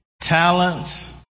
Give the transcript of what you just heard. talents